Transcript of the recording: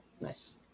Nice